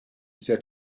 said